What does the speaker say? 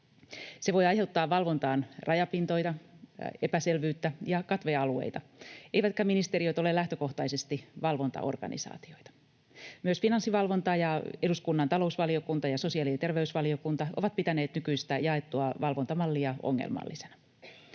Se voi aiheuttaa valvontaan rajapintoja, epäselvyyttä ja katvealueita, eivätkä ministeriöt ole lähtökohtaisesti valvontaorganisaatioita. Myös Finanssivalvonta ja eduskunnan talousvaliokunta ja sosiaali- ja terveysvaliokunta ovat pitäneet nykyistä jaettua valvontamallia ongelmallisena.